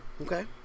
Okay